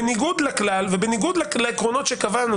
בניגוד לכלל ובניגוד לעקרונות שקבענו